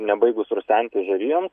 nebaigus rusenti žarijoms